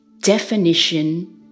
Definition